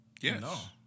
Yes